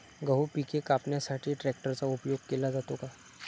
गहू पिके कापण्यासाठी ट्रॅक्टरचा उपयोग केला जातो का?